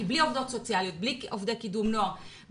בלי עובדות סוציאליות, בלי